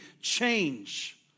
change